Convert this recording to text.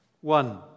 One